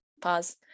pause